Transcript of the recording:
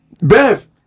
Beth